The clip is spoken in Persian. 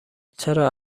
چرا